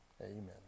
Amen